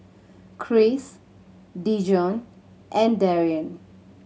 Chris Dijon and Daryn